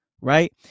right